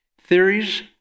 theories